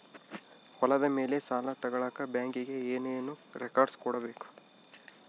ಹೊಲದ ಮೇಲೆ ಸಾಲ ತಗಳಕ ಬ್ಯಾಂಕಿಗೆ ಏನು ಏನು ರೆಕಾರ್ಡ್ಸ್ ಕೊಡಬೇಕು?